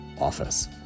office